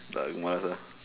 but you must uh